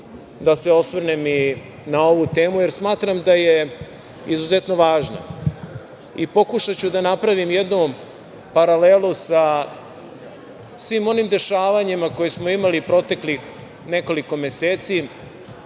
da se osvrnem i na ovu temu, jer smatram da je izuzetno važno i pokušaću da napravim jednom paralelu sa svim onim dešavanjima koje smo imali proteklih nekoliko meseci,